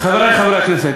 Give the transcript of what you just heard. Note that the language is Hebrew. חברי חברי הכנסת,